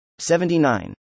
79